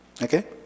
Okay